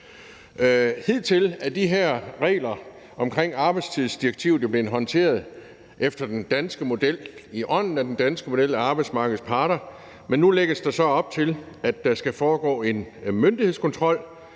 Hidtil er de her regler omkring arbejdstidsdirektivet jo blevet håndteret i ånden af den danske model af arbejdsmarkedets parter, men nu lægges der så op til, at der skal foregå en myndighedskontrol